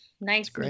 Nice